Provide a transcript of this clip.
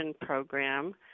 program